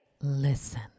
Listen